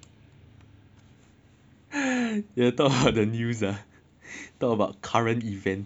you talk about the news sia talk about current events